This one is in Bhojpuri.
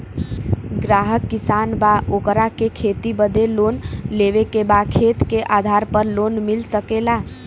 ग्राहक किसान बा ओकरा के खेती बदे लोन लेवे के बा खेत के आधार पर लोन मिल सके ला?